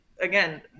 again